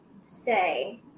say